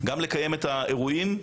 לקיים את האירועים,